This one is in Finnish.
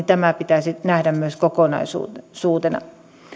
tämä nähdään myös kokonaisuutena tätä sijoitusta suunniteltaessa